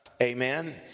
Amen